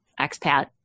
expat